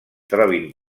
trobin